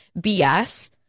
BS